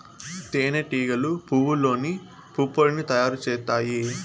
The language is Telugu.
తేనె టీగలు పువ్వల్లోని పుప్పొడిని తయారు చేత్తాయి